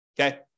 okay